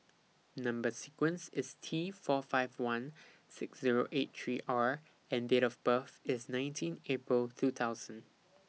Number sequence IS T four five one six Zero eight three R and Date of birth IS nineteen April two thousand